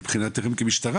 מבחינתכם כמשטרה,